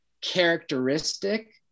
characteristic